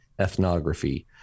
ethnography